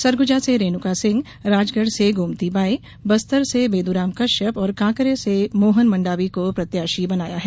सरगुजा से रेणुका सिंह राजगढ़ से गोमती बाई बस्तर से बैदूराम कश्यप और कांकरे से मोहन मंडावी को प्रत्याशी बनाया है